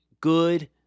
good